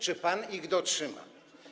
Czy pan ich dotrzyma?